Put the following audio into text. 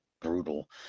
brutal